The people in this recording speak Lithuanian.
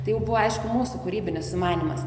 tai jau buvo aišku mūsų kūrybinis sumanymas